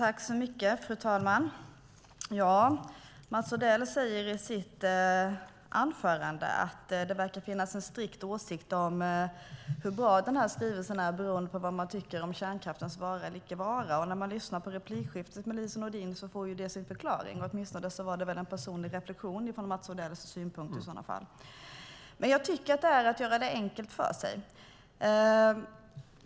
Fru talman! Mats Odell sade i sitt anförande att det verkar finnas en strikt åsikt om hur bra de här styrelserna är beroende på vad man tycker om kärnkraftens vara eller icke vara. När man lyssnar på replikskiftet med Lise Nordin får det sin förklaring. Åtminstone var det väl i så fall en personlig reflexion när det gäller Mats Odells synpunkt? : Mm.) Men jag tycker att det är att göra det enkelt för sig.